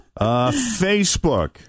Facebook